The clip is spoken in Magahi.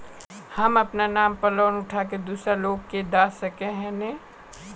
हम अपना नाम पर लोन उठा के दूसरा लोग के दा सके है ने